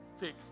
take